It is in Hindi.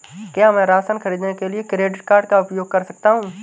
क्या मैं राशन खरीदने के लिए क्रेडिट कार्ड का उपयोग कर सकता हूँ?